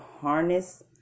harness